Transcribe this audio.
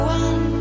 one